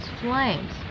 flames